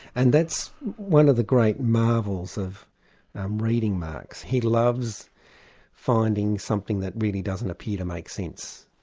and that's one of the great marvels of um reading marx. he loves finding something that really doesn't appear to make sense,